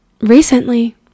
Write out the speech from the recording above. recently